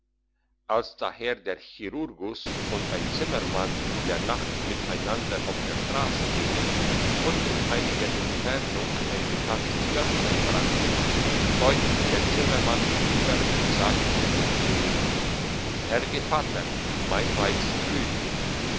als daher der chirurgus und ein zimmermann in der nacht miteinander auf der strasse gingen und in einiger entfernung ein bekanntes dörflein brannte deutete der zimmermann hinüber und sagte zu dem chirurgus herr gevatter mein weizen blüht